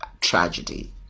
tragedy